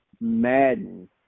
Madden